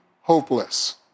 hopeless